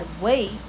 wait